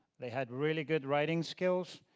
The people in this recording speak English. they had really good writing skills,